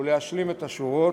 וכדי להשלים את השורות,